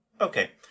Okay